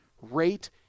rate